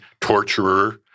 torturer